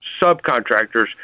subcontractors